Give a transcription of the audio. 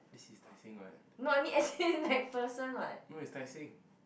this is Tai-Seng what no it's Tai-Seng